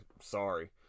sorry